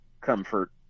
comfort